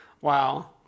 Wow